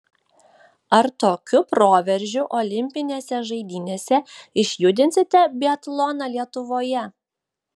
ar tokiu proveržiu olimpinėse žaidynėse išjudinsite biatloną lietuvoje